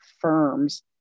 firms